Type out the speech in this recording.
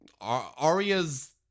Arya's